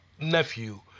nephew